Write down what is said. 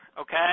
okay